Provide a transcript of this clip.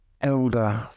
elder